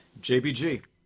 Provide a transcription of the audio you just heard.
JBG